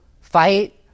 fight